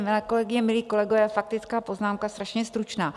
Milé kolegyně, milí kolegové, faktická poznámka strašně stručná.